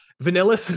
Vanilla